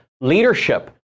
leadership